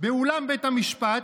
באולם בית המשפט,